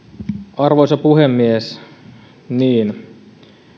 arvoisa puhemies niin